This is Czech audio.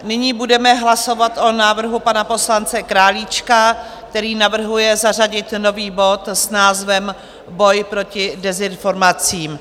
Nyní budeme hlasovat o návrhu pana poslance Králíčka, který navrhuje zařadit nový bod s názvem Boj proti dezinformacím.